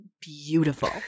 Beautiful